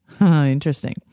Interesting